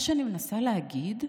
מה שאני מנסה להגיד,